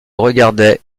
regardait